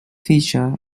feature